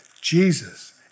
Jesus